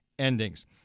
endings